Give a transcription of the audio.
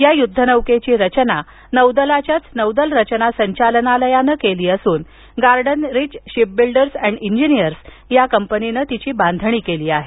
या युद्धनौकेची रचना नौदलाच्याच नौदल रचना संचालनालयानं केली असून Garden Reach Shipbuilders and Engineers या कंपनीनं तिची बांधणी केली आहे